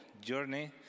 journey